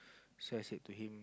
so I said to him